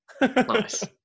Nice